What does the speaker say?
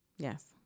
Yes